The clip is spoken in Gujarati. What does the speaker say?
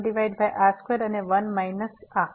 1r2 અને 1 માઇનસ આ